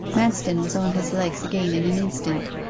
manston was on his legs again in an instant.